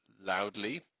loudly